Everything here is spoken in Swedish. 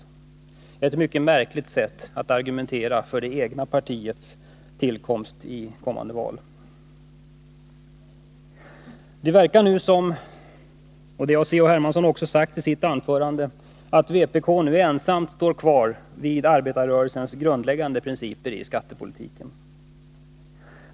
Det är ett mycket märkligt sätt att argumentera för det egna partiets återkomst i kommande val. Det verkar nu som om — och det har C.-H. Hermansson också sagt i sitt anförande — vpk ensamt står kvar vid arbetarrörelsens grundläggande principer i skattepolitiken.